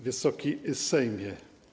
Wysoki Sejmie!